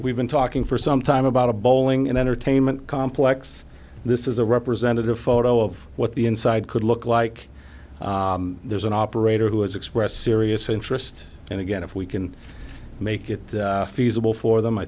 we've been talking for some time about a bowling and entertainment complex this is a representative photo of what the inside could look like there's an operator who has expressed serious interest and again if we can make it feasible for them i